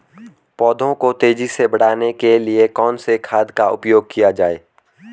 पौधों को तेजी से बढ़ाने के लिए कौन से खाद का उपयोग किया जाए?